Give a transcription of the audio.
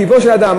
טיבו של האדם.